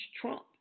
Trump